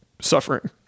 suffering